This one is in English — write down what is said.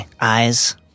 eyes